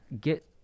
get